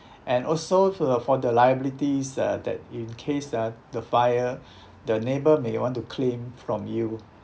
and also for the for the liabilities tha~ that in case that the fire the neighbour may want to claim from you